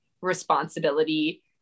responsibility